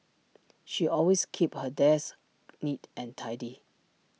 she always keeps her desk neat and tidy